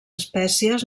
espècies